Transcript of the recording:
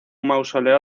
mausoleo